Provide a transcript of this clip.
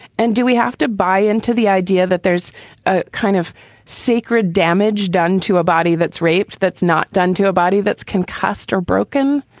and do we have to buy into the idea that there's a kind of sacred damage done to a body that's raped, that's not done to a body that's concussed or broken?